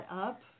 up